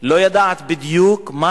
לא יודעת בדיוק מה